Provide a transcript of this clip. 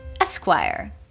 Esquire